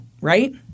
right